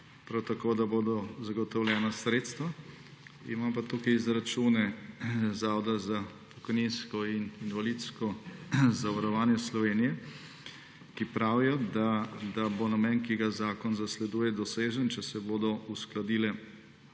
sprejet in da bodo zagotovljena sredstva. Imam pa tukaj izračune Zavoda za pokojninsko in invalidsko zavarovanje Slovenije, ki pravijo, da bo namen, ki ga zakon zasleduje, dosežen, če se bodo uskladile